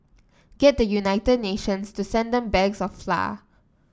get the United Nations to send them bags of flour